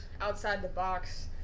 outside-the-box